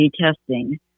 testing